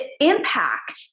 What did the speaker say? impact